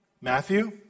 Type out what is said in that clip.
Matthew